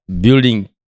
building